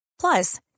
Plus